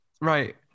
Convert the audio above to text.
Right